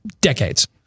decades